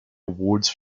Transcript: awards